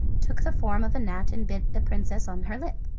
took the form of a gnat and bit the princess on her lip.